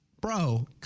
Bro